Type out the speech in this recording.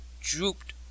drooped